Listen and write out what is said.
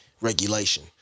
regulation